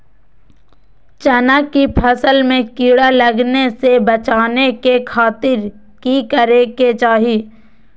चना की फसल में कीड़ा लगने से बचाने के खातिर की करे के चाही?